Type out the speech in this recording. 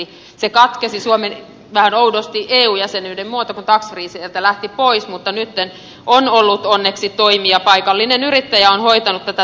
se katkesi vähän oudosti suomen eu jäsenyyden myötä kun tax free sieltä lähti pois mutta nyt on ollut onneksi toimia paikallinen yrittäjä on hoitanut tätä tähän asti